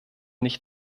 nicht